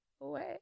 away